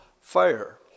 fire